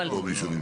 נציגות.